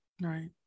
Right